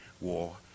war